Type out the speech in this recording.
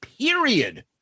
period